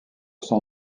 son